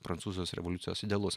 prancūzijos revoliucijos idealus